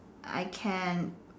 I can